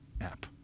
app